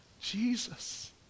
Jesus